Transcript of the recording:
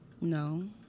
No